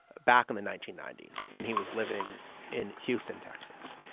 back in the nineteen ninety s when he was living in houston, texas,